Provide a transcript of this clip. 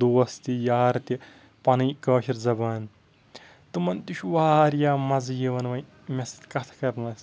دوس تہِ یار تہِ پَنٕنۍ کٲشِر زَبان تِمَن تہِ چھُ واریاہ مَزٕ یِوان وۄنۍ مےٚ سۭتۍ کَتھٕ کَرنَس